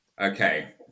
Okay